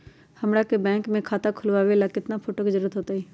हमरा के बैंक में खाता खोलबाबे ला केतना फोटो के जरूरत होतई?